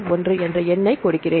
1 என்ற எண்ணை கொடுக்கிறேன்